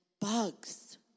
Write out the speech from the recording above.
bugs